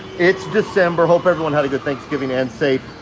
it's december, hope everyone had a good thanksgiving and safe.